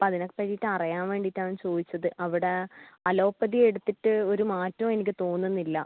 അപ്പോൾ അതിനെ പറ്റിയിട്ട് അറിയാൻ വേണ്ടിയിട്ടാണ് ചോദിച്ചത് അവിടെ അലോപ്പതി എടുത്തിട്ട് ഒരു മാറ്റവും എനിക്ക് തോന്നുന്നില്ല